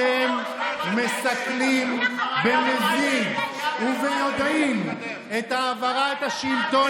אתם מסכנים במזיד וביודעין את העברת השלטון